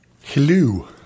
hello